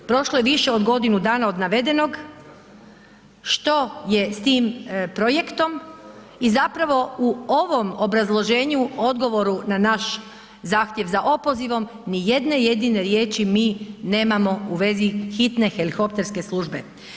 Prošlo je više od godinu dana od navedeno, što je s tim projektom i zapravo u ovom obrazloženju, odgovoru na naš zahtjev za opozivom ni jedne jedine riječi mi nemamo u vezi hitne helikopterske službe.